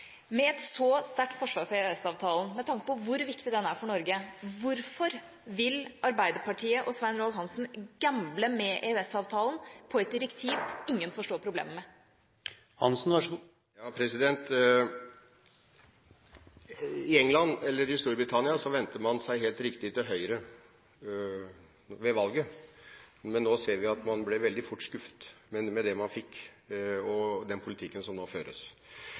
Med et så sterkt forsvar for EØS-avtalen – med tanke på hvor viktig den er for Norge – hvorfor vil Arbeiderpartiet og Svein Roald Hansen gamble med EØS-avtalen når det gjelder et direktiv ingen forstår problemet med? I Storbritannia vendte man seg, helt riktig, til høyre ved valget. Men nå ser vi at man ble veldig fort skuffet med det man fikk, med den politikken som nå føres.